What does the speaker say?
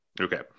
okay